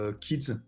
kids